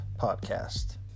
Podcast